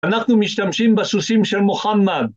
אנחנו משתמשים בסוסים של מוחמד